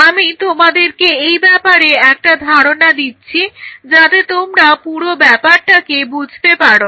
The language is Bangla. আমি তোমাদেরকে এই ব্যাপারে একটা ধারণা দিচ্ছি যাতে তোমরা পুরো ব্যাপারটাকে বুঝতে পারো